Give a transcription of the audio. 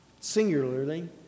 singularly